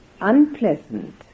unpleasant